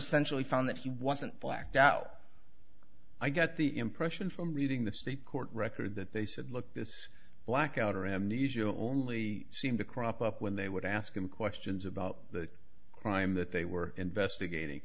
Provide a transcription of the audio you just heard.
centrally found that he wasn't blacked out i get the impression from reading the state court record that they said look this blackout or amnesia only seem to crop up when they would ask him questions about the crime that they were investigating